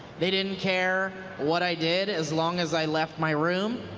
they didn't care what i did as long as i left my room.